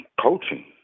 coaching